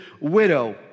widow